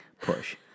push